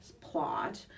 plot